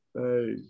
Hey